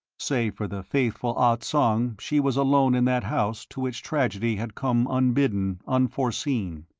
save for the faithful ah tsong she was alone in that house to which tragedy had come unbidden, unforeseen.